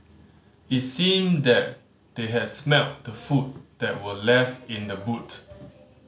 it seemed that they had smelt the food that were left in the boot